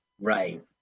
Right